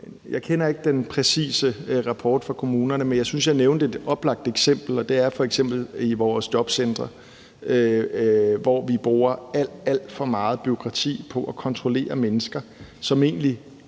Jeg kender ikke den præcise rapport fra kommunerne, men jeg synes, at jeg nævnte et oplagt eksempel, og det er f.eks. i vores jobcentre. Vi har alt, alt for meget bureaukrati til at kontrollere mennesker, som egentlig